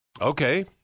Okay